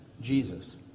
jesus